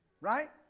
Right